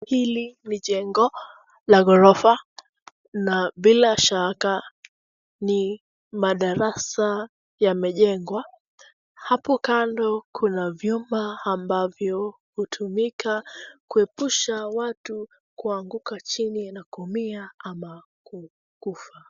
Hili ni jengo la ghorofa na bila shaka ni madarasa yamejengwa. Hapo kando kuna vyuma ambavyo hutumika kuepusha watu kuanguka chini na kuumia ama kufa.